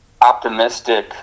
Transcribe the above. optimistic